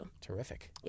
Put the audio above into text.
Terrific